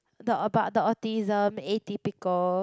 the about the autism atypical